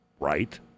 Right